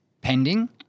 pending